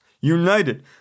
united